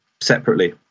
separately